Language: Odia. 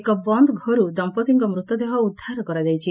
ଏକ ବନ୍ଦ ଘରୁ ଦମ୍ମତିଙ୍କ ମୃତଦେହ ଉଦ୍ଧାର କରାଯାଇଛି